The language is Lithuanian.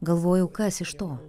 galvojau kas iš to